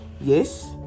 yes